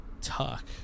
tuck